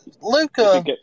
Luca